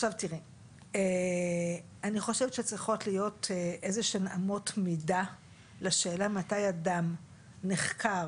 אני חושבת שצריכות להיות איזשהן אמות מידה לשאלה מתי אדם נחקר